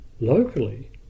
Locally